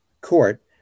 court